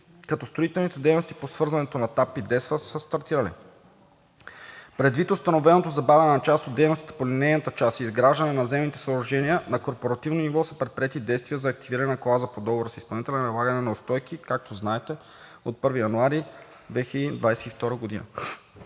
като строителните дейности по свързването на ТAР и DESFA са стартирали. Предвид установеното забавяне на част от дейностите по линейната част и изграждането на наземните съоръжения на корпоративно ниво са предприети действия за активиране на клауза по договора с изпълнителя и налагане на неустойки, както знаете, от 1 януари 2022 г.